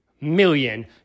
million